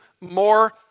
more